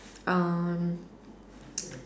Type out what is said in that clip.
um